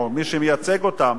או מי שמייצג אותם,